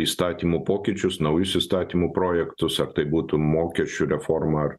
įstatymų pokyčius naujus įstatymų projektus ar tai būtų mokesčių reforma ar